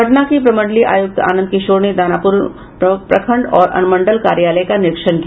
पटना के प्रमंडलीय आयुक्त आनंद किशोर ने दानापुर प्रखंड और अनुमंडल कार्यालय का निरीक्षण किया